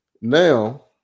Now